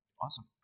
Awesome